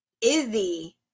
Izzy